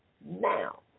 now